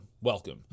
Welcome